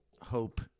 hope